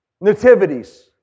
Nativities